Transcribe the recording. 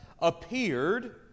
appeared